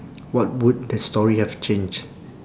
what would the story have change